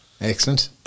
Excellent